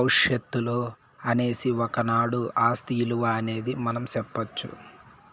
భవిష్యత్తులో అనేసి ఒకనాడు ఆస్తి ఇలువ అనేది మనం సెప్పొచ్చు